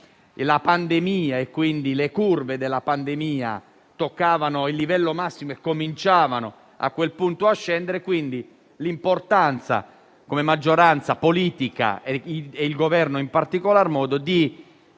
la pandemia e le curve della pandemia toccavano il livello massimo e cominciavano, da quel punto in poi, a scendere. Da qui l'importanza, come maggioranza politica e per il Governo in particolar modo, di